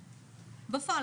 בפועל,